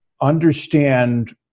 understand